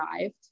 arrived